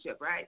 right